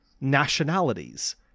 nationalities